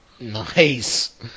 Nice